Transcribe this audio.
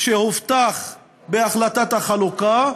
בפני החוק שהובטח בהחלטת החלוקה?